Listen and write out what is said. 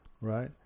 Right